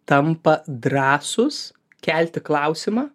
tampa drąsūs kelti klausimą